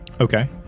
Okay